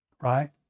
right